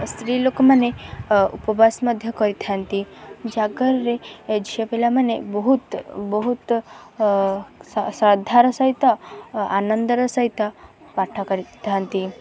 ସ୍ତ୍ରୀଲୋକମାନେ ଉପବାସ ମଧ୍ୟ କରିଥାନ୍ତି ଜାଗରରେ ଝିଅପିଲାମାନେ ବହୁତ ବହୁତ ଶ୍ରଦ୍ଧାର ସହିତ ଆନନ୍ଦର ସହିତ ପାଠ କରିଥାନ୍ତି